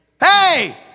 Hey